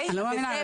אני לא מאמינה.